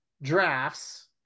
drafts